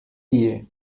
tie